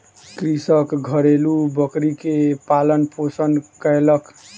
कृषक घरेलु बकरी के पालन पोषण कयलक